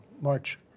March